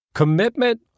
commitment